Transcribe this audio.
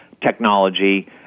technology